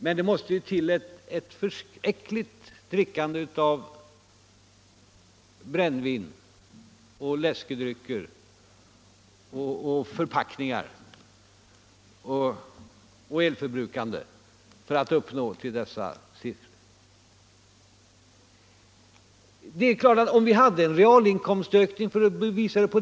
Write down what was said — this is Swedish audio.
Men det måste till ett förskräckligt drickande av brännvin och läskedrycker, förbrukande av olika förpackningar och elström för att skattesänkningen skall ätas upp.